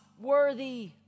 worthy